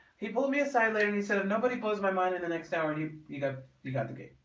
he pulled me aside later he said nobody blows my mind in the next hour you you know you got the gate.